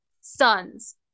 son's